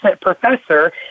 professor